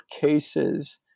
cases